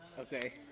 Okay